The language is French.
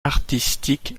artistique